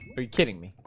are you kidding me?